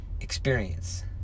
experience